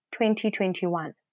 2021